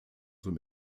zum